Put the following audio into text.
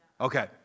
okay